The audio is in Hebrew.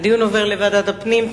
הדיון עובר לוועדת הפנים.